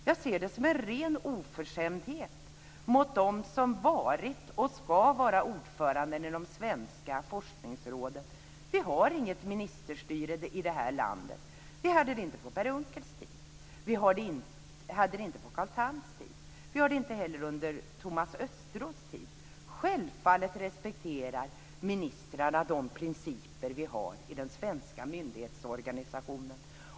Jag ser det som en ren oförskämdhet mot dem som varit och ska vara ordförande i de svenska forskningsråden. Vi har inget ministerstyre i det här landet. Vi hade det inte på Per Unckels tid. Vi hade det inte på Carl Thams tid. Vi har det inte heller under Thomas Östros tid. Självfallet respekterar ministrarna de principer som vi har i den svenska myndighetsorganisationen.